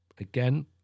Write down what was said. again